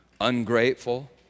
ungrateful